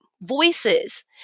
voices